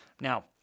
Now